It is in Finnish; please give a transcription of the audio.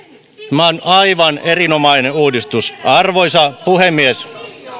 on aivan erinomainen uudistus arvoisa puhemies